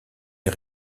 est